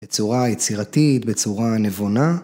בצורה יצירתית, בצורה נבונה.